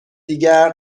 دیگر